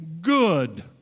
good